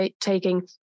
taking